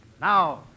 Now